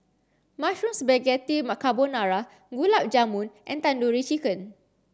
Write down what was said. Mushroom Spaghetti Carbonara Gulab Jamun and Tandoori Chicken